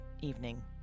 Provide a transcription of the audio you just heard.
evening